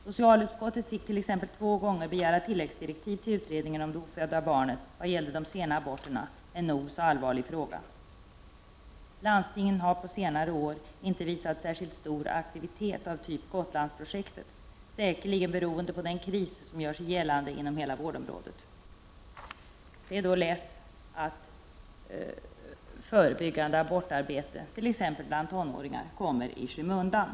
Socialutskottet fick t.ex. två gånger begära tilläggsdirektiv till utredningen om det ofödda barnet när det gällde de sena aborterna, en nog så allvarlig fråga. Landstingen har på senare år inte visat särskilt stor aktivitet av typ Gotlandsprojektet, säkerligen beroende på den kris som gör sig gällande inom hela vårdområdet. Det är då lätt att förebyggande abortarbete, t.ex. bland tonåringar, kommer i skymundan.